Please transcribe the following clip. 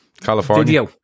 California